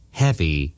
heavy